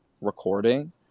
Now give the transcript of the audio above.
recording